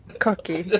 cocky! well,